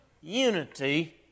unity